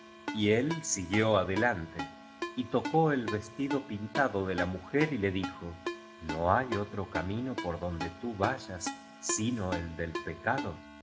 y él siguió adelante y tocó el vestido pintado de la mujer y le dijo no hay otro camino por donde tú vayas sino el del pecado